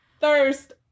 thirst